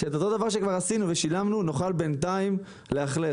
שאת אותו דבר שכבר עשינו ושילמנו נוכל בינתיים לאכלס,